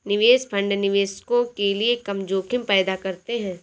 निवेश फंड निवेशकों के लिए कम जोखिम पैदा करते हैं